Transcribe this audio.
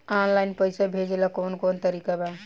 Online पइसा भेजेला कवन कवन तरीका बा?